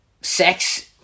sex